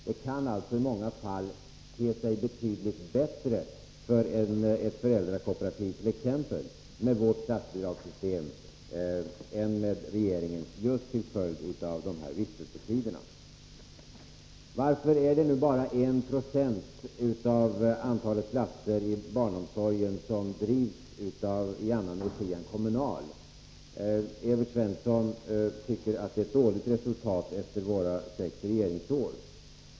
Det kan alltså i många fall te sig betydligt bättre för t.ex. ett föräldrakooperativ med vårt förslag till statsbidragssys tem än med regeringens just till följd av de här vistelsetiderna. Varför är det bara 1 90 av antalet platser inom barnomsorgen som drivs i annan regi än kommunal? Evert Svensson tycker att det är ett dåligt resultat efter våra sex regeringsår.